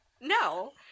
No